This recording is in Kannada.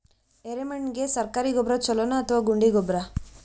ಎರೆಮಣ್ ಗೆ ಸರ್ಕಾರಿ ಗೊಬ್ಬರ ಛೂಲೊ ನಾ ಅಥವಾ ಗುಂಡಿ ಗೊಬ್ಬರ?